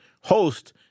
host